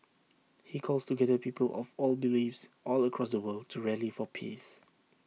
he calls together people of all beliefs all across the world to rally for peace